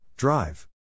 Drive